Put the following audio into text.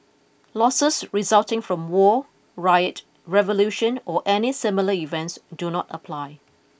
losses resulting from war riot revolution or any similar events do not apply